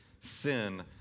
Sin